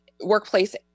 Workplace